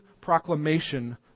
proclamation